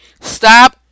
Stop